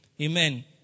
Amen